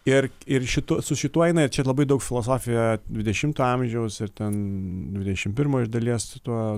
ir ir šitu su šituo eina ir čia labai daug filosofija dvidešimto amžiaus ir ten dvidešim pirmo iš dalies su tuo